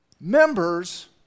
members